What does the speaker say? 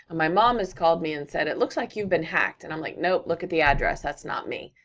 my mom has called me and said, it looks like you've been hacked, and i'm like, nope, look at the address, that's not me.